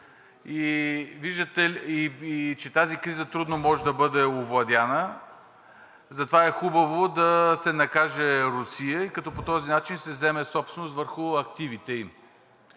криза и че тази криза трудно може да бъде овладяна, затова е хубаво да се накаже Русия, като по този начин се вземе собственост върху активите ѝ.